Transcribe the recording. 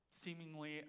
seemingly